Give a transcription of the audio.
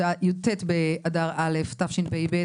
י"ט באדר א' התשפ"ב.